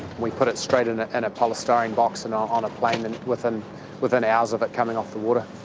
we put it in straight in ah and a polystyrene box and um on a plane and within within hours of it coming off the water.